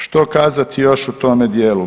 Što kazati još u tome dijelu?